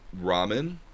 ramen